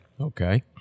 Okay